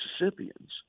Mississippians